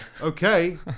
Okay